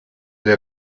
der